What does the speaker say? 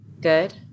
Good